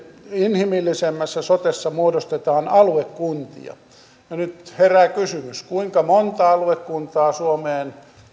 inhimillisemmässä sotessa muodostetaan aluekuntia no nyt herää kysymys kuinka monta aluekuntaa suomeen